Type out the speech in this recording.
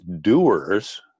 doers